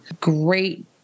great